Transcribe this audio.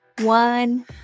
one